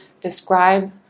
Describe